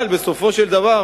אבל בסופו של דבר,